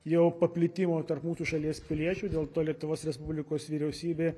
jo paplitimo tarp mūsų šalies piliečių dėl to lietuvos respublikos vyriausybė